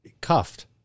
cuffed